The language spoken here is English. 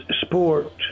sport